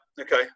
Okay